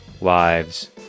lives